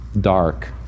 dark